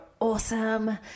Awesome